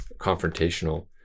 confrontational